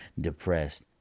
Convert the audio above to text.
depressed